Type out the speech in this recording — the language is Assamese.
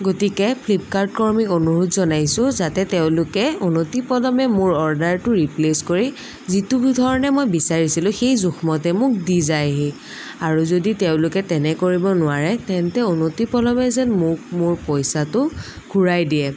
গতিকে ফ্লিপকাৰ্ট ৰ্কমীক অনুৰোধ জনাইছোঁ যাতে তেওঁলোকে অনতিপলমে মোৰ অৰ্ডাৰটো ৰিপ্লেছ কৰি যিটো ধৰণে মই বিচাৰিছিলোঁ সেই জোখমতে মোক দি যায়হি আৰু যদি তেওঁলোকে তেনে কৰিব নোৱাৰে তেন্তে অনতিপলমে যেন মোক মোৰ পইচাটো ঘূৰাই দিয়ে